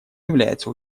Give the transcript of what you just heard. является